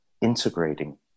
integrating